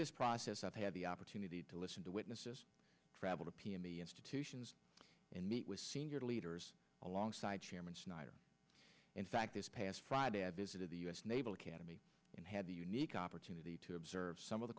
this process of have the opportunity to listen to witnesses travel to pee in the institutions and meet with senior leaders alongside chairman snyder in fact this past friday i visited the u s naval academy and had the unique opportunity to observe some of the